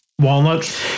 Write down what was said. walnuts